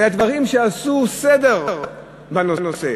אלא דברים שעשו סדר בנושא.